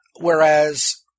Whereas